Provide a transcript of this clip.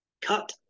Cut